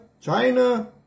China